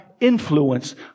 influence